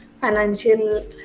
financial